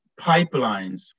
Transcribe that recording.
pipelines